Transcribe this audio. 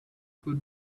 could